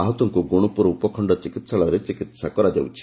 ଆହତଙ୍ଙୁ ଗୁଣୁପୁର ଉପଖଣ୍ଡ ଚିକିହାଳୟରେ ଚିକିହା କରାଯାଉଛି